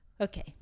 Okay